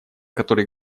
который